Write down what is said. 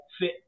fit